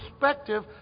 perspective